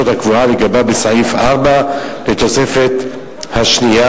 הקבועה לגביו בסעיף 4 לתוספת השנייה,